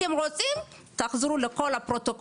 אל תכניסו, תגידו את האמת.